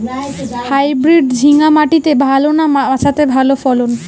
Hybrid ঝিঙ্গা মাটিতে ভালো না মাচাতে ভালো ফলন?